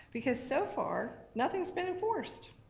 because so far nothing's been enforced.